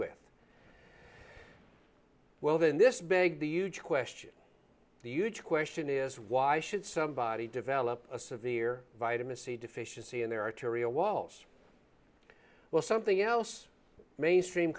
with well then this big the huge question the huge question is why should somebody develop a severe vitamin c deficiency in their or terria walls well something else mainstream